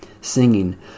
singing